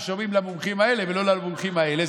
שומעים למומחים האלה ולא למומחים האלה.